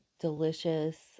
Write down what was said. delicious